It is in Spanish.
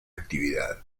actividad